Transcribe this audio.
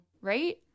right